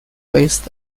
based